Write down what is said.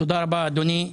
תודה רבה, אדוני,